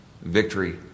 victory